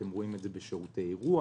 אתם רואים את זה בשירותי אירוח.